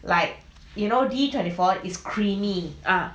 ah